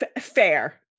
Fair